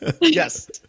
Yes